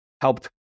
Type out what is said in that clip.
helped